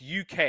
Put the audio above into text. UK